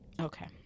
Okay